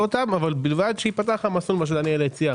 אותם ובלבד שייפתח המסלול שדניאל הציע,